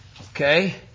Okay